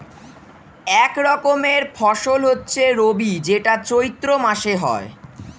এক রকমের ফসল হচ্ছে রবি যেটা চৈত্র মাসে হয়